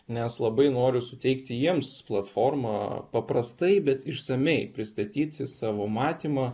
nes labai noriu suteikti jiems platformą paprastai bet išsamiai pristatyti savo matymą